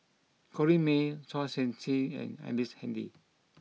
Corrinne May Chua Sian Chin and Ellice Handy